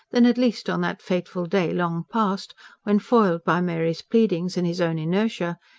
then at least on that fateful day long past when, foiled by mary's pleadings and his own inertia,